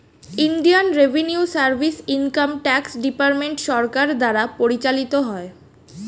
Indian revenue service income tax department সরকার দ্বারা পরিচালিত হয়